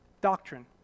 doctrine